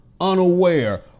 unaware